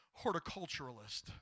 horticulturalist